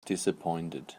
disappointed